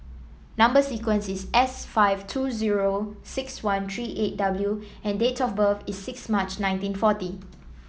number sequence is S five two zero six one three eight W and date of birth is six March nineteen forty